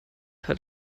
hat